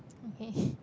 okay